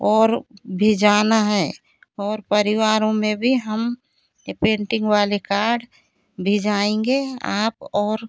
और भिजाना है और परिवारों में भी हम यह पेंटिंग वाले कार्ड भिजवाऍंगे आप और